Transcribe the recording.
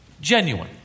genuine